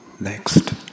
next